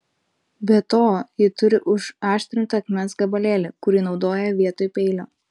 be to ji turi užaštrintą akmens gabalėlį kurį naudoja vietoj peilio